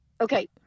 Okay